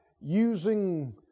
using